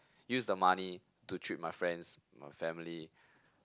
use the money to treat my friends my family